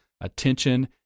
attention